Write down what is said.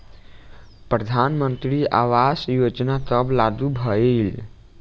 प्रधानमंत्री आवास योजना कब लागू भइल?